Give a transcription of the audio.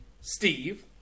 Steve